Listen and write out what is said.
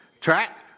Track